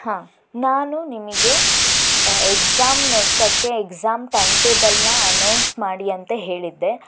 ಹಾನ್ ನಾನು ನಿಮಗೆ ಎಕ್ಸಾಮ್ ನಡೆಸೋಕ್ಕೆ ಎಕ್ಸಾಮ್ ಟೈಮ್ ಟೇಬಲ್ನ ಅನೌನ್ಸ್ ಮಾಡಿ ಅಂತ ಹೇಳಿದ್ದೆ